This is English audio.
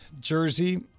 jersey